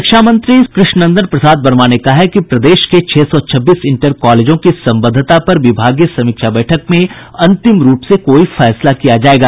शिक्षा मंत्री कृष्णनंदन प्रसाद वर्मा ने कहा है कि प्रदेश के छह सौ छब्बीस इंटर कॉलेजों की सम्बद्धता पर विभागीय समीक्षा बैठक में अंतिम रूप से कोई फैसला किया जायेगा